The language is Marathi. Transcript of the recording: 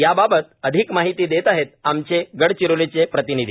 याबाबत अधिक माहिती देत आहे आमचे गडचिरोलीचे प्रतिनिधी